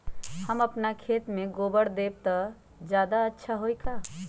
हम अपना खेत में गोबर देब त ज्यादा अच्छा होई का?